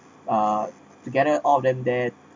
uh together all of them there